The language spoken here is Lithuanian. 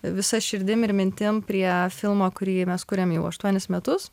visa širdim ir mintim prie filmo kurį mes kuriam jau aštuonis metus